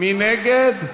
מי נגד?